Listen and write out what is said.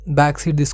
backseat